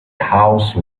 house